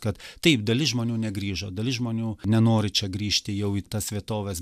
kad taip dalis žmonių negrįžo dalis žmonių nenori čia grįžti jau į tas vietoves